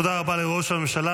תודה רבה לראש הממשלה.